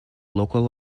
local